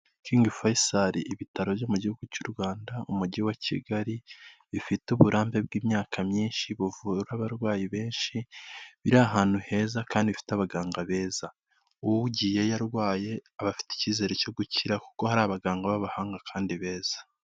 King faisal, ibitaro byo mu gihugu cy'u Rwanda umujyi wa Kigali, bifite uburambe bw'imyaka myinshi, buvura abarwayi benshi, biri ahantu heza kandi ifite abaganga beza. Ugiye arwaye, abafite icyizere cyo gukira kuko hari abaganga b'abahanga kandi beza.